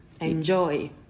enjoy